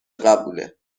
قبوله